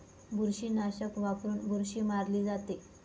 बुरशीनाशक वापरून बुरशी मारली जाते